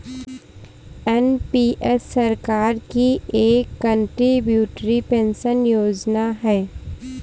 NPS सरकार की एक कंट्रीब्यूटरी पेंशन योजना है